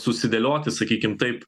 susidėlioti sakykim taip